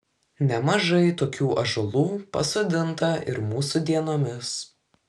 nemažai tokių ąžuolų pasodinta ir mūsų dienomis